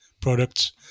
products